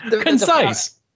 Concise